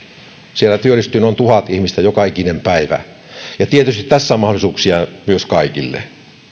siellä työllistyy noin tuhat ihmistä joka ikinen päivä ja tietysti tässä on mahdollisuuksia kaikille